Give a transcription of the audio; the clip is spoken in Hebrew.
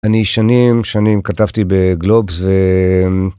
אני שנים שנים כתבתי בגלובס